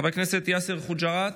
חבר הכנסת יאסר חוג'יראת,